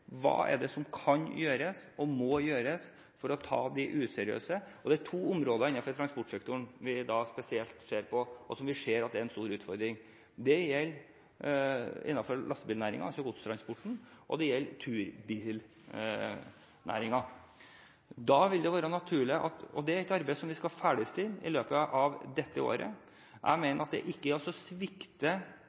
Hva er det som kan og må gjøres for å ta de useriøse? Det er to områder innenfor transportsektoren vi ser spesielt på, hvor vi ser at det er en stor utfordring. Det gjelder innenfor lastebilnæringen, altså godstransporten, og det gjelder turbilnæringen, og det er et arbeid som vi skal ferdigstille i løpet av dette året. Jeg mener at det ikke er å svikte